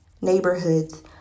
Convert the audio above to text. neighborhoods